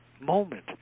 moment